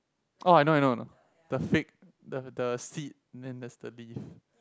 orh I know I know I know the fig the the seed and then the leaf